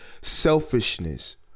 selfishness